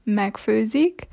megfőzik